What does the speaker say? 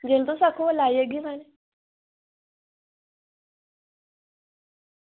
जेल्लै तुस आक्खो ओल्लै आई जाह्गे सारे